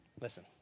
Listen